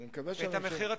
אז אני מקווה שהממשלה, השר,